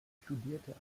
studierte